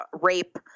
Rape